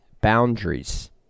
boundaries